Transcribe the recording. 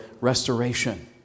restoration